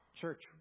Church